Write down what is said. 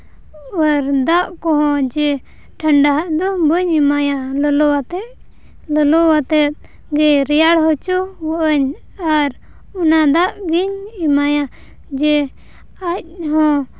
ᱟᱨ ᱫᱟᱜ ᱠᱚᱦᱚᱸ ᱡᱮ ᱴᱷᱟᱱᱰᱟ ᱟᱜ ᱫᱚ ᱵᱟᱹᱧ ᱮᱢᱟᱭᱟ ᱞᱚᱞᱚ ᱟᱛᱮᱜ ᱞᱚᱞᱚ ᱟᱛᱮᱫ ᱜᱮ ᱨᱮᱭᱟᱲ ᱦᱚᱪᱚᱣᱟᱜᱼᱟᱹᱧ ᱟᱨ ᱚᱱᱟ ᱫᱟᱜ ᱜᱮᱧ ᱮᱢᱟᱭᱟ ᱡᱮ ᱟᱡ ᱦᱚᱸ